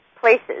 places